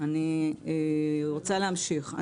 אני רוצה להמשיך.